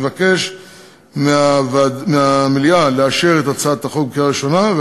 אני מבקש מהמליאה לאשר את הצעת החוק בקריאה ראשונה,